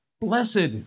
blessed